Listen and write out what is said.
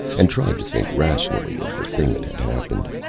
and tried to think rationally of the thing that had happened.